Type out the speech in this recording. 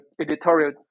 editorial